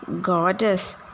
Goddess